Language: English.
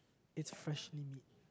it's freshly made